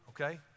Okay